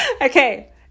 Okay